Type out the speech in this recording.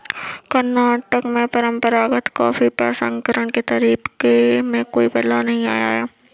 कर्नाटक में परंपरागत कॉफी प्रसंस्करण के तरीके में कोई बदलाव नहीं आया है